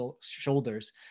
shoulders